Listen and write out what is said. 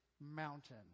mountain